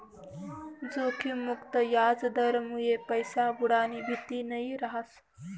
जोखिम मुक्त याजदरमुये पैसा बुडानी भीती नयी रहास